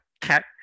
CAT